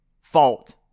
fault